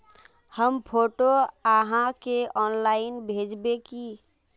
हम फोटो आहाँ के ऑनलाइन भेजबे की?